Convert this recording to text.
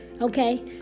okay